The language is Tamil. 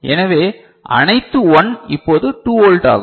எனவே அனைத்து 1 இப்போது 2 வோல்ட் ஆகும்